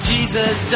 Jesus